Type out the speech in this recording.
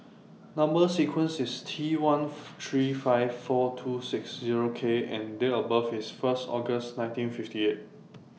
Number sequence IS T one three five four two six Zero K and Date of birth IS First August nineteen fifty eight